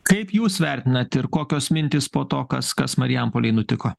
kaip jūs vertinat ir kokios mintys po to kas kas marijampolėj nutiko